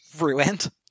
ruined